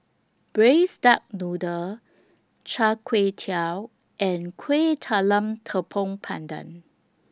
Braised Duck Noodle Char Kway Teow and Kuih Talam Tepong Pandan